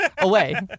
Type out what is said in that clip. away